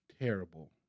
Terrible